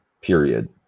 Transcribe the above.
period